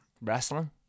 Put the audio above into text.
Wrestling